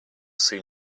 soon